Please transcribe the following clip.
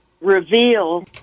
Reveal